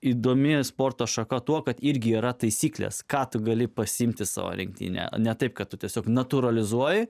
įdomi sporto šaka tuo kad irgi yra taisyklės ką tu gali pasiimti savo rinktinę ne taip kad tu tiesiog natūralizuoja